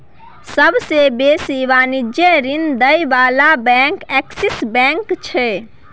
सबसे बेसी वाणिज्यिक ऋण दिअ बला बैंक एक्सिस बैंक छै